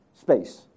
space